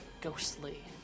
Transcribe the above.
ghostly